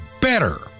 better